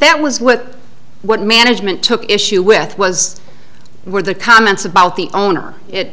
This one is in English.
that was what what management took issue with was were the comments about the owner it